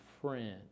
friend